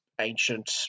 ancient